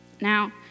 Now